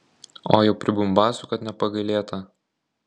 o jau pribumbasų kad nepagailėta